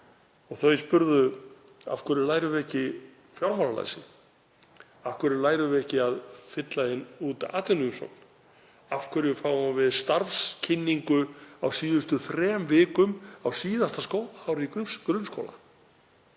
Þau spurðu: Af hverju lærum við ekki fjármálalæsi? Af hverju lærum við ekki að fylla út atvinnuumsókn? Af hverju fáum við starfskynningu á síðustu þremur vikum á síðasta skólaári í grunnskóla?